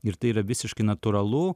ir tai yra visiškai natūralu